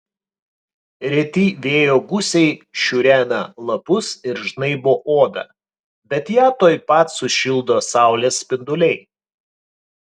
reti vėjo gūsiai šiurena lapus ir žnaibo odą bet ją tuoj pat sušildo saulės spinduliai